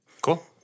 Cool